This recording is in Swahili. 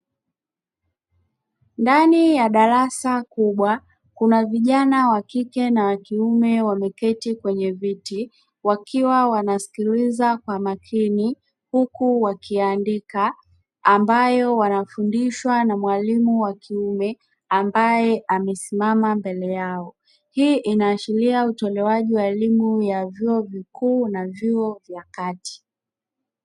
Ndani ya darasa kubwa kuna vijana wa kike na wa kiume wameketi kwenye viti wakiwa wanasikiliza kwa makini huku wakiandika ambayo wanafundishwa na mwalimu wa kiume ambaye amesimama mbele yao hii inaashiria utolewaji wa elimu ya vyuo vikuu na vyuo vya kati.